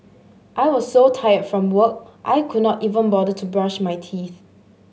I was so tired from work I could not even bother to brush my teeth